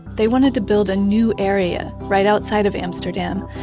they wanted to build a new area right outside of amsterdam,